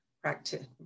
practice